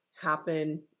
happen